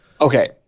Okay